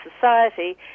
society